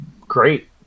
great